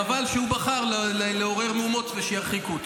חבל שהוא בחר לעורר מהומות ושירחיקו אותו.